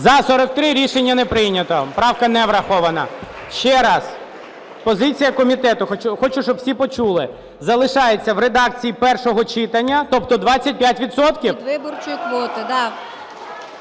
За-43 Рішення не прийнято. Правка не врахована. Ще раз позиція комітету, хочу, щоби всі почули. Залишається в редакції першого читання, тобто 25 відсотків?